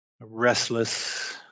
Restless